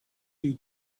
you